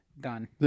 Done